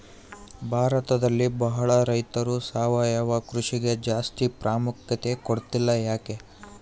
ಭಾರತದಲ್ಲಿ ಬಹಳ ರೈತರು ಸಾವಯವ ಕೃಷಿಗೆ ಜಾಸ್ತಿ ಪ್ರಾಮುಖ್ಯತೆ ಕೊಡ್ತಿಲ್ಲ ಯಾಕೆ?